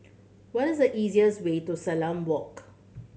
what is the easiest way to Salam Walk